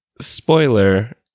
Spoiler